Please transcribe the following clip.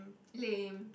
lame